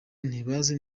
ntibazi